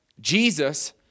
Jesus